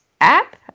app